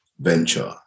venture